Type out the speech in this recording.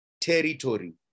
territory